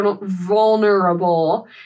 vulnerable